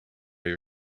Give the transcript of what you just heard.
your